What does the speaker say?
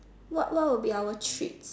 what what would be our treats